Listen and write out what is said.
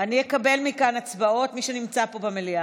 אני אקבל מכאן הצבעות, מי שנמצא פה במליאה.